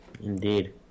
Indeed